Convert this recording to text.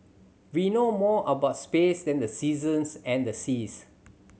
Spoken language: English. we know more about space than the seasons and the seas